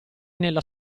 nella